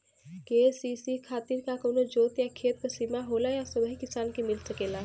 KCC खातिर का कवनो जोत या खेत क सिमा होला या सबही किसान के मिल सकेला?